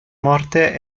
morte